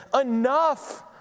Enough